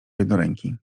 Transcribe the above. jednoręki